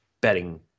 betting